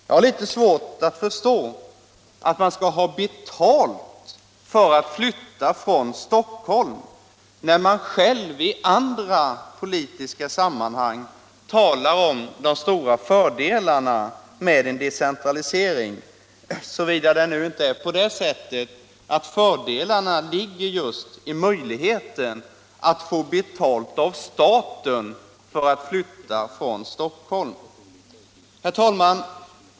Jag har litet svårt att förstå att man skall ha betalt för att flytta från Stockholm, när man själv i andra politiska sammanhang talar om de stora fördelarna med en decentralisering — såvida det inte är så att fördelarna ligger just i möjligheten att få betalt av staten för att flytta från Stockholm. Herr talman!